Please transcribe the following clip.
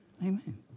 Amen